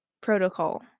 Protocol